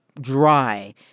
dry